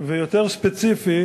4. ויותר ספציפי,